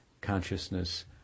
consciousness